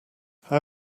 how